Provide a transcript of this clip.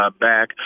back